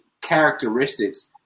characteristics